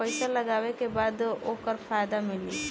पइसा लगावे के बाद ओकर फायदा मिली